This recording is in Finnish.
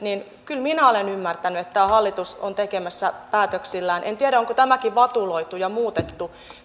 resursseihin niin kyllä minä olen ymmärtänyt että tämä hallitus on tekemässä päätöksillään en tiedä onko tämäkin vatuloitu ja muutettu